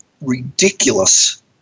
ridiculous